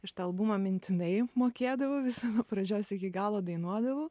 šitą albumą mintinai mokėdavau visą nuo pradžios iki galo dainuodavau